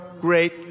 great